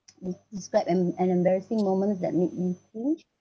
d~ describe em~ an embarrassing moments that made me cringe